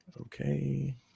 Okay